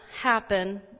happen